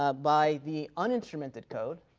ah by the unistrumented code.